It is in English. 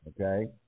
okay